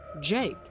Jake